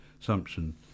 assumption